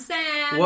Sam